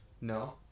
No